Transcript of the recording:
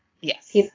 Yes